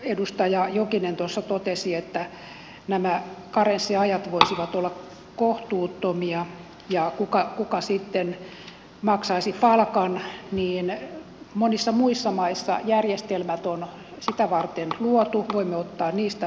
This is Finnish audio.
edustaja jokinen tuossa totesi että nämä karenssiajat voisivat olla kohtuuttomia ja kuka sitten maksaisi palkan niin monissa muissa maissa järjestelmät on sitä varten luotu voimme ottaa niistä mallia